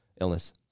illness